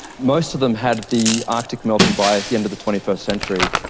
most of them had the arctic melting by the end of the twenty first century.